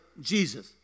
Jesus